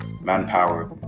manpower